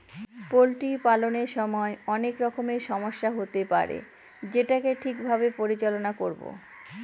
poultry পালনের সময় অনেক রকমের সমস্যা হতে পারে যেটাকে ঠিক ভাবে পরিচালনা করবো